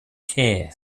care